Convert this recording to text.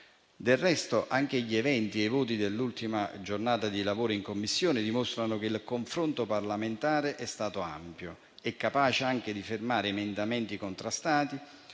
Del resto, anche gli eventi e i voti dell'ultima giornata di lavoro in Commissione dimostrano che il confronto parlamentare è stato ampio e capace di fermare emendamenti contrastati